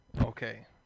okay